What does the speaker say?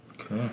Okay